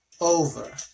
over